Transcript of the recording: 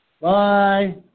Bye